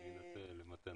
אני תוהה אם צריך לתת